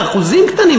באחוזים קטנים,